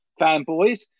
fanboys